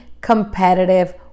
competitive